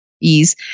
ease